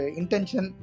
intention